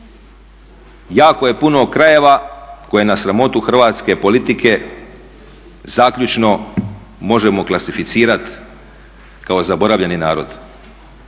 jako je puno krajeva koja na sramotu hrvatske politike zaključno možemo klasificirati kao zaboravljeni narod.